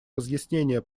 разъяснения